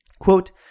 Quote